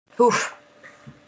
Oof